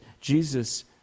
Jesus